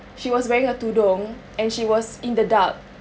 she was wearing her tudung and she was in the dark